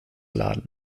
laden